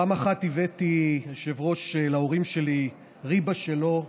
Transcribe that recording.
פעם אחת הבאתי, היושב-ראש, להורים שלי ריבה שלו,